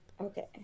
Okay